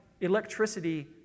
electricity